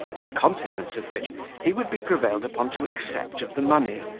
in consequence of which he would be prevailed upon to accept of the money,